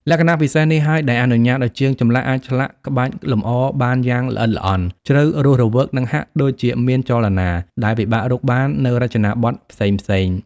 លក្ខណៈពិសេសនេះហើយដែលអនុញ្ញាតឱ្យជាងចម្លាក់អាចឆ្លាក់ក្បាច់លម្អបានយ៉ាងល្អិតល្អន់ ជ្រៅ រស់រវើក និងហាក់ដូចជាមានចលនា ដែលពិបាករកបាននៅរចនាបថផ្សេង។